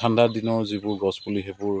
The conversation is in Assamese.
ঠাণ্ডা দিনৰ যিবোৰ গছপুলি সেইবোৰ